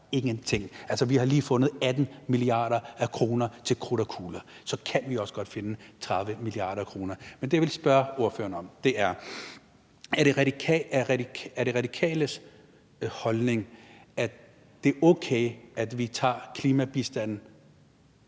Altså, vi har lige fundet 18 mia. kr. til krudt og kugler – så kan vi også godt finde 30 mia. kr. Men det, jeg vil spørge ordføreren om, er: Er det Radikales holdning, at det er okay, at vi tager klimabistanden